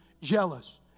jealous